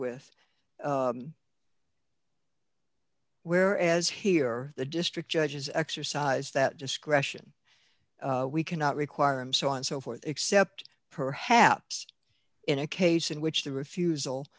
with where as here the district judges exercise that discretion we cannot require and so on and so forth except perhaps in a case in which the refusal